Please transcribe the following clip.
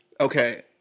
Okay